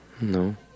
No